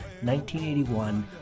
1981